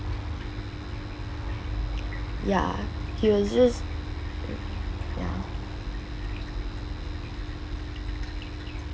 ya he was just ya